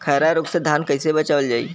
खैरा रोग से धान कईसे बचावल जाई?